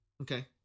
Okay